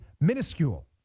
minuscule